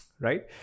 Right